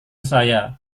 saya